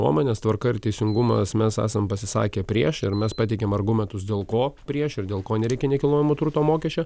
nuomonės tvarka ir teisingumas mes esam pasisakę prieš ir mes pateikėm argumentus dėl ko prieš ir dėl ko nereikia nekilnojamo turto mokesčio